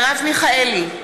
מרב מיכאלי,